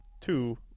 two